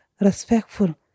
respectful